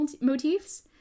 motifs